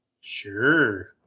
Sure